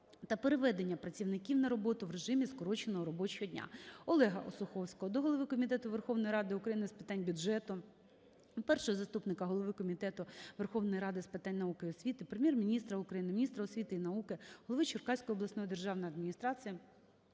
та переведення працівників на роботу в режимі скороченого робочого дня. Олега Осуховського до голови Комітету Верховної Ради України з питань бюджету, першого заступника голови Комітету Верховної Ради з питань науки і освіти, Прем'єр-міністра України, міністра освіти і науки, голови Черкаської обласної державної адміністрації,